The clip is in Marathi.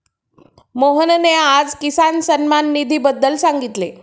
मोहनने आज किसान सन्मान निधीबद्दल सांगितले